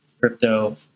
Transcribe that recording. crypto